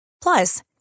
Plus